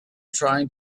trying